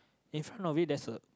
infront of it there's a